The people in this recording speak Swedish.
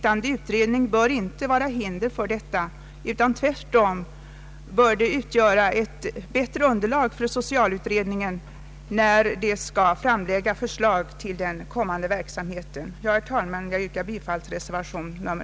Pågående utredning bör inte vara något hinder för detta utan försöken bör tvärtom kunna ge ett bättre underlag för socialutredningen, när den skall framlägga förslag till den kommande verksamheten. Herr talman! Jag yrkar bifall till reservationen.